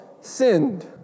sinned